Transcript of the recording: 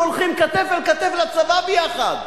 שהולכים כתף-אל-כתף לצבא ביחד,